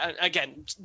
Again